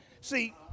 See